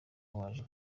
waje